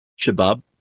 Shabab